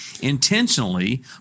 intentionally